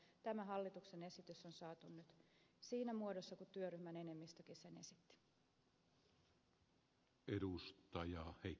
mutta tämä hallituksen esitys on saatu nyt siinä muodossa missä työryhmän enemmistökin sitä esitti